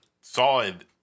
solid